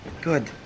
Good